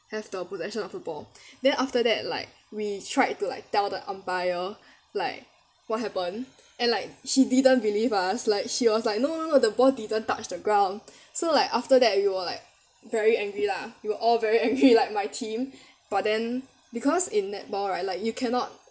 have the possession of the ball then after that like we tried to like tell the umpire like what happened and like she didn't believe us like she was like no no no the ball didn't touch the ground so like after that we were like very angry lah we were all very angry like my team but then because in netball right like you cannot